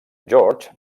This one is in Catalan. george